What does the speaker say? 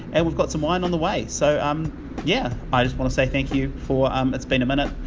and we've got some wine on the way. so um yeah. i just want to say thank you for um it's been a minute.